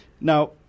Now